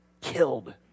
killed